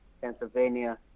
Pennsylvania